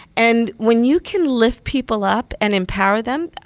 and when you can lift people up and empower them,